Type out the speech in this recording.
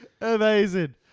Amazing